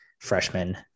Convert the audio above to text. freshman